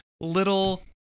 little